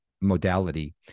modality